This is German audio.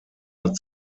hat